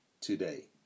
today